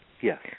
Yes